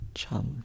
chum